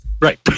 Right